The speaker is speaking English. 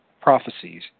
prophecies